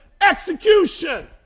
execution